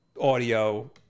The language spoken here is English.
Audio